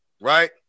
Right